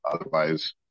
Otherwise